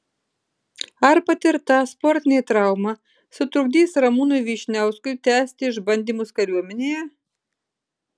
ar patirta sportinė trauma sutrukdys ramūnui vyšniauskui tęsti išbandymus kariuomenėje